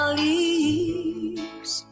leaves